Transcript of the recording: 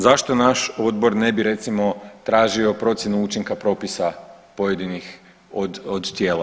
Zašto naš odbor ne bi recimo tražio procjenu učinka propisa pojedinih od tijela?